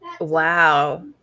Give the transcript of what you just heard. Wow